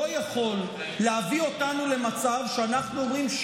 לא יכול להביא אותנו למצב שבו אנחנו אומרים: